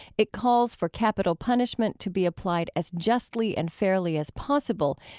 it calls for capital punishment to be applied as justly and fairly as possible,